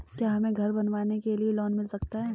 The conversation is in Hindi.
क्या हमें घर बनवाने के लिए लोन मिल सकता है?